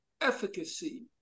efficacy